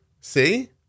see